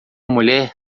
mulher